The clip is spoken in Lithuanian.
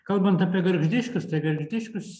kalbant apie gargždiškius gargždiškius